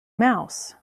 mouse